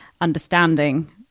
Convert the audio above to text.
understanding